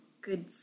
good